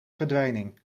verdwijning